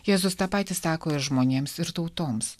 jėzus tą patį sako ir žmonėms ir tautoms